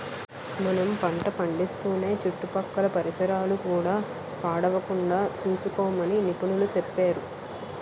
మనం పంట పండిస్తూనే చుట్టుపక్కల పరిసరాలు కూడా పాడవకుండా సూసుకోమని నిపుణులు సెప్పేరు